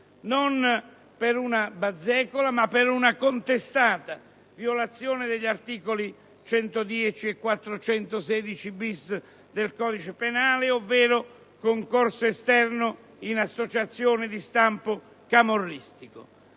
non per una bazzeccola ma per una contestata violazione degli articoli 110 e 416-*bis* del codice penale, ovvero concorso esterno in associazione di stampo camorristico.